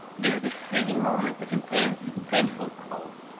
there was a freezing moment of intense, painful cold.